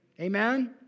Amen